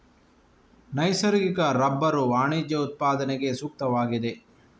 ನೈಸರ್ಗಿಕ ರಬ್ಬರು ವಾಣಿಜ್ಯ ಉತ್ಪಾದನೆಗೆ ಸೂಕ್ತವಾಗಿದೆ